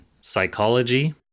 psychology